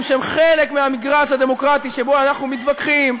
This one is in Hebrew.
שהם חלק מהמגרש הדמוקרטי שבו אנחנו מתווכחים,